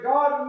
God